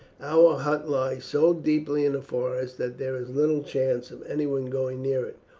our hut lies so deeply in the forest that there is little chance of anyone going near it,